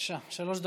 בבקשה, שלוש דקות.